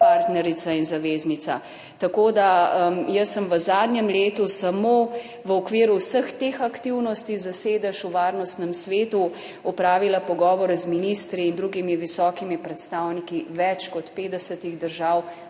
partnerica in zaveznica. Tako da sem v zadnjem letu samo v okviru vseh teh aktivnosti za sedež v Varnostnem svetu opravila pogovore z ministri in drugimi visokimi predstavniki več kot 50 držav